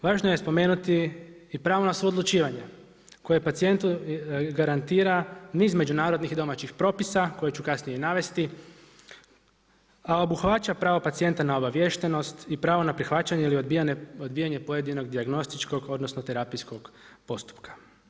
Važno je spomenuti i pravno na odlučivanje, kojem pacijentu garantira niz međunarodnih i domaćih propisa koje ću kasnije i navesti, a obuhvaća pravo pacijenta na obaviještenost i pravo na prihvaćanje ili odbijanje pojedinog dijagnostičkog, odnosno, terapijskog postupka.